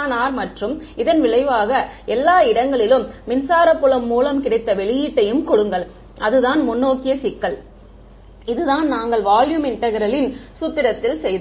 r மற்றும் இதன் விளைவாக எல்லா இடங்களிலும் மின்சார புலம் மூலம் கிடைத்த வெளியீட்டையும் கொடுங்கள் அதுதான் முன்னோக்கிய சிக்கல் இதுதான் நாங்கள் வால்யூம் இன்டெக்ரல் ன் சூத்திரத்தில் செய்தோம்